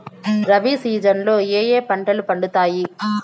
rabi season లో ఏ ఏ పంటలు పండుతాయి